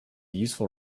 useful